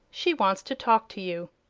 she wants to talk to you.